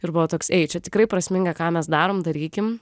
ir buvo toks ei čia tikrai prasminga ką mes darom darykim